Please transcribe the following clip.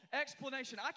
explanation